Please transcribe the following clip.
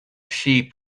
sheep